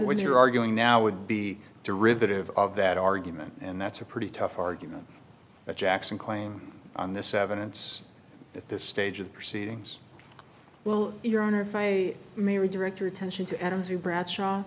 when you're arguing now would be derivative of that argument and that's a pretty tough argument that jackson claim on this evidence at this stage of the proceedings well your honor if i may or director attention to adams or bradshaw